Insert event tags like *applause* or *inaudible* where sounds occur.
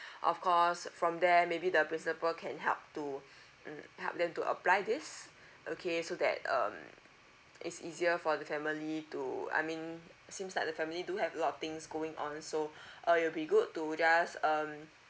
of course from there maybe the principal can help to mm help them to apply this okay so that um it's easier for the family to I mean seems like the family do have a lot of things going on so *breath* uh it'll be good to just um